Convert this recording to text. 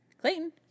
Clayton